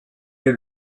est